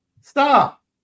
Stop